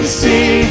see